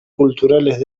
culturales